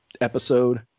episode